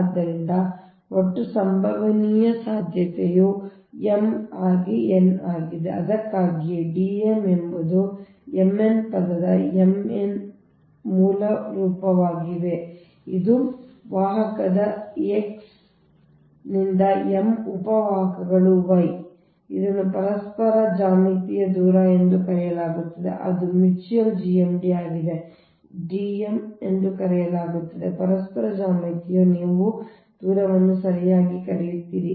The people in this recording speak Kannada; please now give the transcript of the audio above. ಆದ್ದರಿಂದ ಒಟ್ಟು ಸಂಭವನೀಯ ಸಾಧ್ಯತೆಯು m ಆಗಿ n ಆಗಿದೆ ಅದಕ್ಕಾಗಿಯೇ D m ಎಂಬುದು m n ಪದದ m n ನೇ ಮೂಲವಾಗಿದೆ ಇದು ವಾಹಕಗಳ n ಉಪ ವಾಹಕಗಳಿಂದ ಸಾಧ್ಯವಿರುವ ಎಲ್ಲಾ ಪರಸ್ಪರ ಅಂತರಗಳ ಉತ್ಪನ್ನಗಳಾಗಿವೆ X ಅಂದರೆ ವಾಹಕದ X ರಿಂದ m ಉಪ ವಾಹಕಗಳು Y ಸರಿ ಇದನ್ನು ಪರಸ್ಪರ ಜ್ಯಾಮಿತೀಯ ದೂರ ಎಂದು ಕರೆಯಲಾಗುತ್ತದೆ ಅದು ಮ್ಯೂಚುಯಲ್ GMD ಆಗಿದೆ ಇದನ್ನು D m ಎಂದು ಕರೆಯಲಾಗುತ್ತದೆ ಪರಸ್ಪರ ಜ್ಯಾಮಿತೀಯ ನಿಮ್ಮ ನೀವು ದೂರವನ್ನು ಸರಿಯಾಗಿ ಕರೆಯುತ್ತೀರಿ